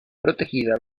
protegida